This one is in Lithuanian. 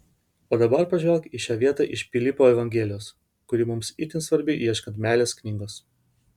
o dabar pažvelk į šią vietą iš pilypo evangelijos kuri mums itin svarbi ieškant meilės knygos